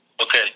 Okay